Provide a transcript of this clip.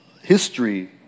history